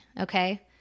okay